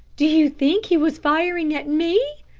do you think he was firing at me?